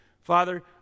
Father